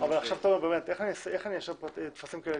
תומר, איך אני מאשר טפסים כאלה?